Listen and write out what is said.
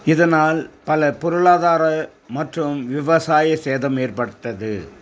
இதனால் பல பொருளாதார மற்றும் விவசாய சேதம் ஏற்பட்டது